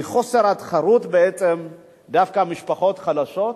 מחוסר התחרות זה דווקא משפחות חלשות,